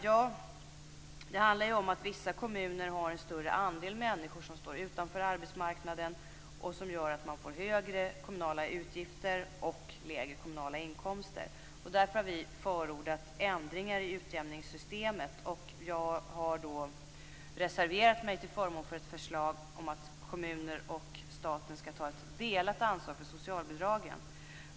Ja, vissa kommuner har en större andel människor som står utanför arbetsmarknaden som gör att man har högre kommunala utgifter och lägre kommunala inkomster. Därför har vi förordat ändringar i utjämningssystemet. Jag har reserverat mig till förmån för ett förslag om att kommuner och staten skall ta ett delat ansvar för socialbidragen.